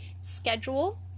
schedule